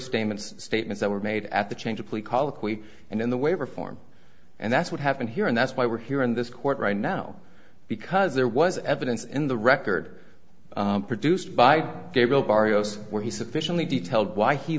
statements statements that were made at the change of plea colloquy and in the waiver form and that's what happened here and that's why we're here in this court right now because there was evidence in the record produced by gabriel barrios where he sufficiently detailed why he